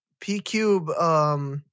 P-Cube